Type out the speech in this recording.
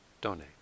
donate